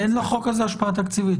אין לחוק הזה השפעה תקציבית.